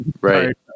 Right